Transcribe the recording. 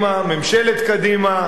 ממשלת קדימה,